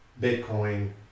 Bitcoin